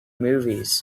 movies